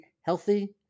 healthy